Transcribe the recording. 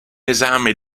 esame